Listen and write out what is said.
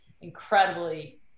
incredibly